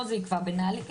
פה זה יקבע בנהלים,